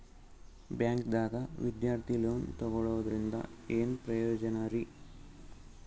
ಬ್ಯಾಂಕ್ದಾಗ ವಿದ್ಯಾರ್ಥಿ ಲೋನ್ ತೊಗೊಳದ್ರಿಂದ ಏನ್ ಪ್ರಯೋಜನ ರಿ?